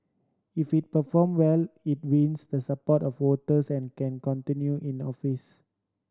if it perform well it wins the support of voters and can continue in office